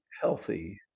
healthy